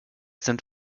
sind